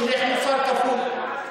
הולך מוסר כפול: